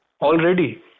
already